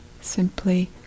simply